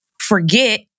forget